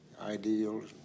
ideals